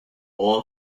all